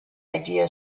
idea